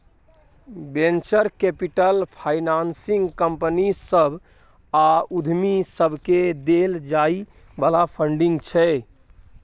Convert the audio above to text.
venture capital financing company सभ आ उद्यमी सबकेँ देल जाइ बला फंडिंग छै